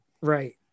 Right